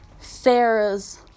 Sarah's